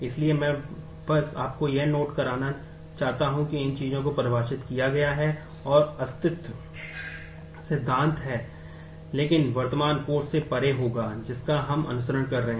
इसलिए मैं बस आपको यह नोट करना चाहता हूं कि इन चीजों को परिभाषित किया गया है और अस्तित्व सिद्धांत है लेकिन वर्तमान Course से परे होगा जिसका हम अनुसरण कर रहे हैं